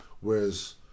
whereas